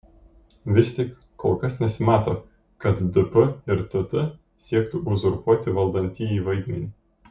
vis tik kol kas nesimato kad dp ir tt siektų uzurpuoti valdantįjį vaidmenį